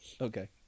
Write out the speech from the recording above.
Okay